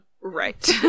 right